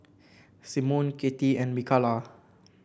Symone Katy and Mikalah